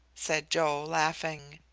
said joe, laughing.